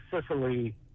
Sicily